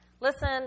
Listen